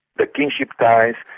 the kinship ties,